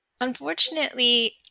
Unfortunately